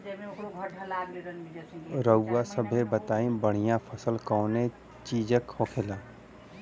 रउआ सभे बताई बढ़ियां फसल कवने चीज़क होखेला?